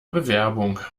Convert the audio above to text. bewerbung